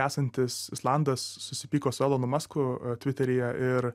esantis islandas susipyko su elonu musku tviteryje ir